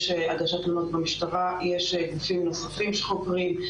יש הגשת תלונות במשטרה, יש גופים נוספים שחוקרים,